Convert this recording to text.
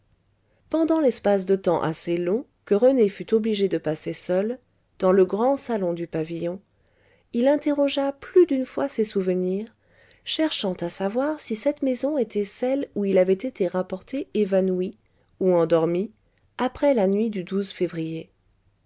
pendant l'espace de temps assez long que rené fut obligé de passer seul dans le grand salon du pavillon il interrogea plus d'une fois ses souvenirs cherchant à savoir si cette maison était celle où il avait été rapporté évanoui ou endormi après la nuit du février